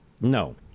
No